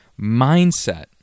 mindset